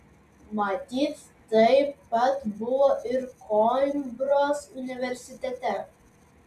matyt taip pat buvo ir koimbros universitete